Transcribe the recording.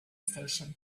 station